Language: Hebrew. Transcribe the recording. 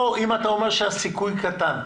אם אתה אומר שהסיכוי קטן,